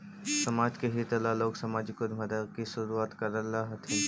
समाज के हित ला लोग सामाजिक उद्यमिता की शुरुआत करअ हथीन